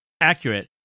accurate